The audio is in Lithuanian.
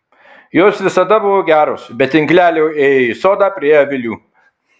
jos visada buvo geros be tinklelio ėjai į sodą prie avilių